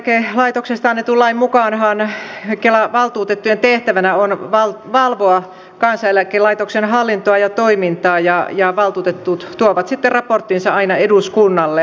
kansaneläkelaitoksesta annetun lain mukaanhan kelan valtuutettujen tehtävänä on valvoa kansaneläkelaitoksen hallintoa ja toimintaa ja valtuutetut tuovat sitten raporttinsa aina eduskunnalle